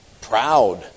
Proud